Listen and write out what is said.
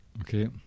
okay